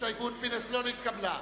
הסתייגות פינס לא נתקבלה.